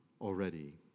already